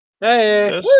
Hey